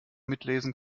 mitlesen